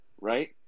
right